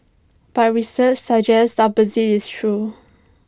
but research suggests the opposite is true